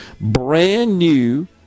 brand-new